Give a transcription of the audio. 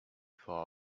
far